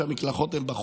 שבהם המקלחות בחוץ,